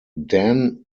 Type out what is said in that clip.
dan